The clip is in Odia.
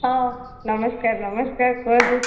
ହଁ ନମସ୍କାର ନମସ୍କାର କୁହନ୍ତୁ